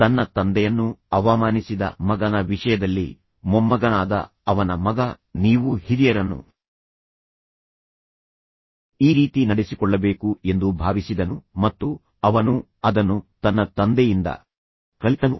ತನ್ನ ತಂದೆಯನ್ನು ಅವಮಾನಿಸಿದ ಮಗನ ವಿಷಯದಲ್ಲಿ ಮೊಮ್ಮಗನಾದ ಅವನ ಮಗ ನೀವು ಹಿರಿಯರನ್ನು ಈ ರೀತಿ ನಡೆಸಿಕೊಳ್ಳಬೇಕು ಎಂದು ಭಾವಿಸಿದನು ಮತ್ತು ಅವನು ಅದನ್ನು ತನ್ನ ತಂದೆಯಿಂದ ಕಲಿತನು